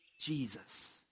Jesus